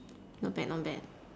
not bad not bad